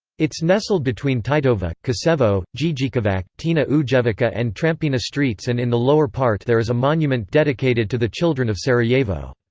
it's nestled between titova, kosevo, dzidzikovac, tina ujevica and trampina streets and in the lower part there is a monument dedicated to the children of sarajevo.